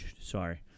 Sorry